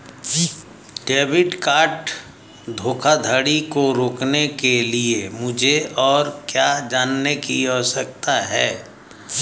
Debit card धोखाधड़ी को रोकने के लिए मुझे और क्या जानने की आवश्यकता है?